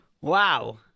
Wow